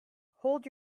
hold